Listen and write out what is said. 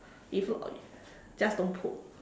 if not just don't put